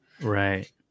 right